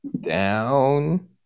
down